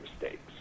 mistakes